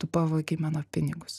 tu pavogei mano pinigus